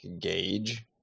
gauge